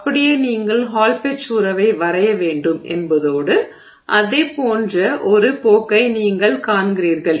அப்படியே நீங்கள் Hall Petch உறவை வரைய வேண்டும் என்பதோடு அதுபோன்ற ஒரு போக்கை நீங்கள் காண்கிறீர்கள்